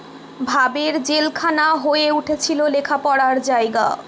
ভাবের জেলখানা হয়ে উঠেছিল লেখা পড়ার জায়গা